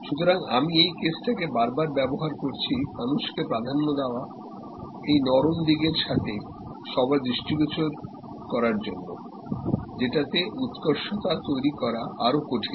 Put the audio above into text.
সুতরাং আমি এই কেসটা কে বারবার ব্যবহার করছি মানুষকে প্রাধান্য দেওয়া এই নরম দিকের দিকে সবার দৃষ্টিগোচর করার জন্য যেটাতে উৎকর্ষতা তৈরি করা আরো কঠিন